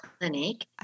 clinic